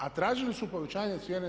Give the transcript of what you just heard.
A tražili su povećanje cijene 25%